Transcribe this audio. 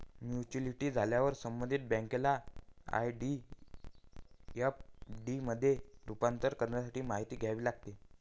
maturity झाल्यावर संबंधित बँकेला आर.डी चे एफ.डी मध्ये रूपांतर करण्यासाठी माहिती द्यावी लागते